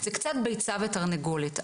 זה קצת ביצה ותרנגולת.